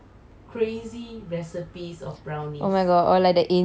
oh my god oh like the insane recipes